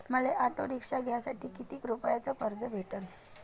मले auto rickshaw घ्यासाठी कितीक रुपयाच कर्ज भेटनं?